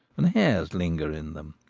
and hares linger in them.